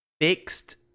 fixed